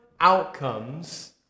outcomes